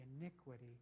iniquity